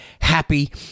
happy